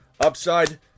Upside